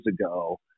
ago